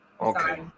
okay